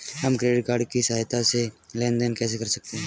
हम credit card की सहायता से लेन देन कैसे कर सकते हैं?